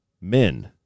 men